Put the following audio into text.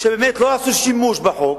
באמת לא עשו שימוש בחוק,